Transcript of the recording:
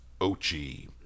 Ochi